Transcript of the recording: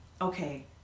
okay